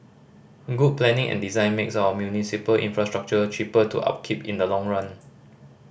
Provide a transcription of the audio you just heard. good planning and design makes our municipal infrastructure cheaper to upkeep in the long run